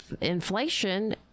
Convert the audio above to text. inflation